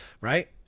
right